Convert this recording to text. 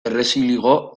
errezilgo